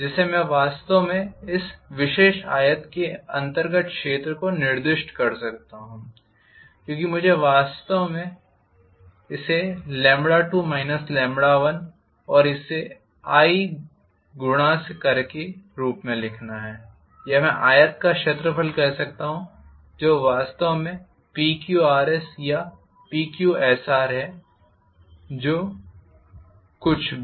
जिसे मैं वास्तव में इस विशेष आयत के अंतर्गत क्षेत्र को निर्दिष्ट कर सकता हूं क्योंकि मुझे इसे वास्तव में 2 2और इसे करंट गुणा से के रूप में लिखना है या मैं आयत का क्षेत्रफल कह सकता हूं जो वास्तव में PQRSया PQSR है जो कुछ भी